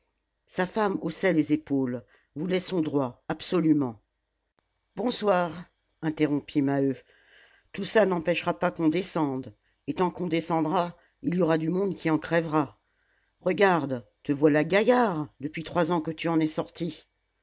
sa femme haussait les épaules voulait son droit absolument bonsoir interrompit maheu tout ça n'empêchera pas qu'on descende et tant qu'on descendra il y aura du monde qui en crèvera regarde te voilà gaillard depuis trois ans que tu en es sorti